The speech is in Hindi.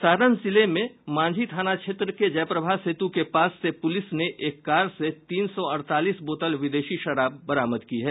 सारण जिले में मांझी थाना क्षेत्र के जयप्रभा सेतु के पास से पुलिस ने एक कार से तीन सौ अड़तालीस बोतल विदेशी शराब बरामद की है